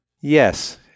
Yes